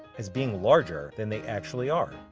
as being larger than they actually are.